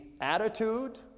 attitude